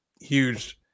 huge